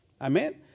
Amen